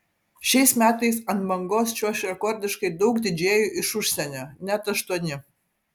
šiais metais ant bangos čiuoš rekordiškai daug didžėjų iš užsienio net aštuoni